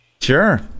sure